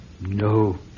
No